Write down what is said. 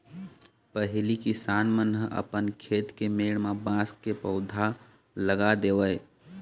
पहिली किसान मन ह अपन खेत के मेड़ म बांस के पउधा लगा देवय